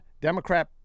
Democrat